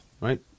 right